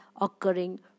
occurring